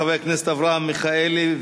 חבר הכנסת אברהם מיכאלי,